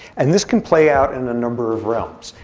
and this can play out in a number of realms.